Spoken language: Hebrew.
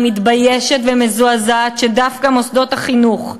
אני מתביישת ומזועזעת שדווקא מוסדות החינוך,